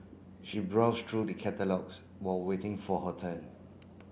she browsed through the catalogues while waiting for her turn